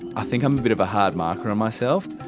i think i'm a bit of a hard marker on myself,